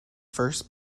first